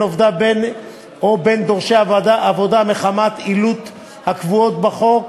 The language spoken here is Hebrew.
עובדיו או בין דורשי עבודה מחמת עילות הקבועות בחוק.